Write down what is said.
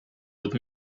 with